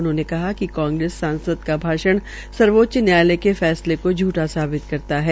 उन्होंने कहा कि कांग्रेस सांसद का भाषण सर्वोचच न्यायालय के फैसले को झूठा साबित करता है